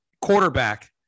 quarterback